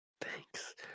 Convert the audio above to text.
Thanks